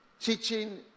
teaching